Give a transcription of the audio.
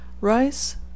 Rice